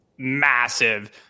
massive